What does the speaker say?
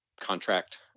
contract